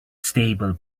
stable